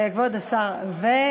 זה אני ויתרתי, לא היושבת-ראש.